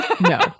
No